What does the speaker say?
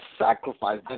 sacrifice